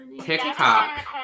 TikTok